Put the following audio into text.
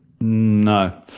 No